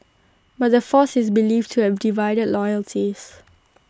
but the force is believed to have divided loyalties